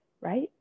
right